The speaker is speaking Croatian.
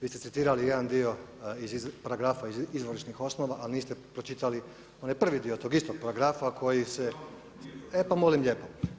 Vi ste citirali jedan dio iz paragrafa izvorišnih osnova, ali niste pročitali onaj prvi dio tog istog paragrafa koji se … [[Upadica se ne razumije.]] e pa molim lijepo.